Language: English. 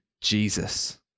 Jesus